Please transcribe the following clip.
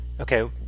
Okay